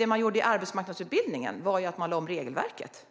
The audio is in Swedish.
I arbetsmarknadsutbildningen lade man om regelverket,